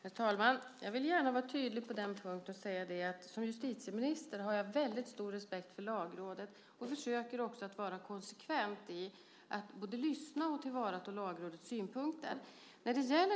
Herr talman! Jag vill gärna vara tydlig med att jag som justitieminister har mycket stor respekt för Lagrådet, och jag försöker vara konsekvent i att både lyssna på och tillvarata Lagrådets synpunkter.